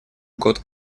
год